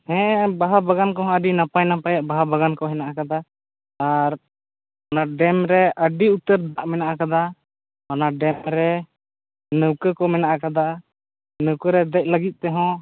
ᱦᱮᱸ ᱵᱟᱦᱟ ᱵᱟᱜᱟᱱ ᱠᱚᱦᱚᱸ ᱟᱹᱰᱤ ᱱᱟᱯᱟᱭ ᱱᱟᱯᱟᱭᱟᱜ ᱵᱟᱦᱟ ᱵᱟᱜᱟᱱ ᱠᱚ ᱦᱮᱱᱟᱜ ᱟᱠᱟᱫᱟ ᱟᱨ ᱚᱱᱟ ᱰᱮᱢ ᱨᱮ ᱟᱹᱰᱤ ᱩᱛᱟᱹᱨ ᱫᱟᱜ ᱢᱮᱱᱟᱜ ᱟᱠᱟᱫᱟ ᱚᱱᱟ ᱰᱮᱢ ᱨᱮ ᱱᱟᱹᱣᱠᱟᱹ ᱠᱚ ᱢᱮᱱᱟᱜ ᱟᱠᱟᱫᱟ ᱱᱟᱹᱣᱠᱟᱹ ᱨᱮ ᱫᱮᱡ ᱞᱟᱹᱜᱤᱫ ᱛᱮᱦᱚᱸ